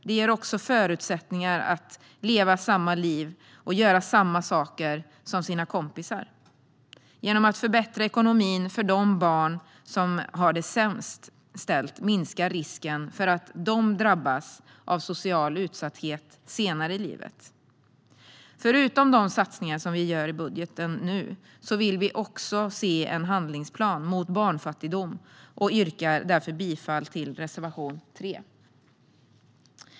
Det ger också barn förutsättningar att leva samma liv och göra samma saker som sina kompisar. Genom att förbättra ekonomin för de barn som har det sämst ställt minskar man risken för att de drabbas av social utsatthet senare i livet. Förutom de satsningar som vi nu gör i budgeten vill vi se en handlingsplan mot barnfattigdom. Vi yrkar därför bifall till reservation 3.